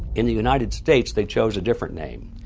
in the united states they chose a different name.